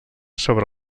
sobre